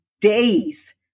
days